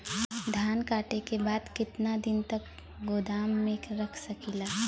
धान कांटेके बाद कितना दिन तक गोदाम में रख सकीला?